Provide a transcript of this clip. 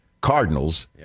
Cardinals